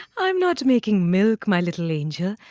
i'm not making milk, my little angel.